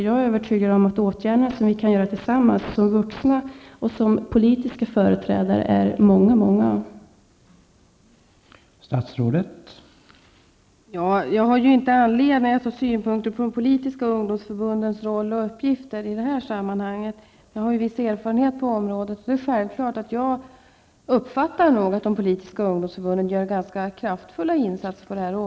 Jag är övertygad om att vi som vuxna och som politiska företrädare tillsammans kan genomföra många många åtgärder.